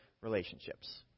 relationships